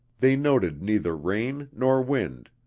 they noted neither rain nor wind,